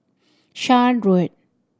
Shan Road